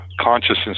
consciousness